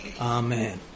Amen